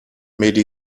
made